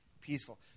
peaceful